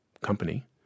company